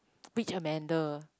which Amanda